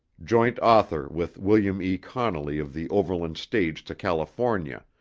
joint author with william e. connelley of the overland stage to california,